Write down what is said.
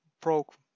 broke